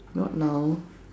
not now